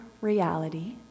reality